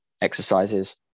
exercises